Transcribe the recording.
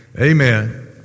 Amen